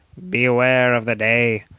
beware of the day,